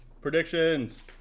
Predictions